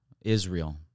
Israel